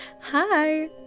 Hi